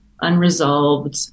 unresolved